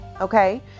okay